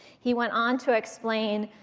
he went on to explain,